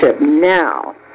now